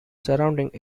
surrounding